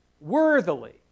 worthily